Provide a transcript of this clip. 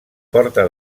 porta